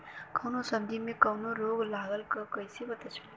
कौनो सब्ज़ी में कवन रोग लागल ह कईसे पता चली?